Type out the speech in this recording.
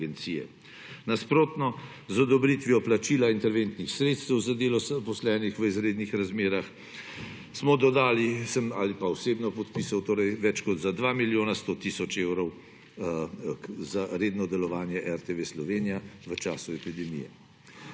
Nasprotno, z odobritvijo plačila interventnih sredstev za delo zaposlenih v izrednih razmerah smo dodali, sem ali pa osebno podpisal, več kot za 2 milijona 100 tisoč evrov za redno delovanje RTV Slovenija v času epidemije.